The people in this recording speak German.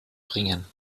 bringen